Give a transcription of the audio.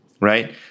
right